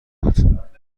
بود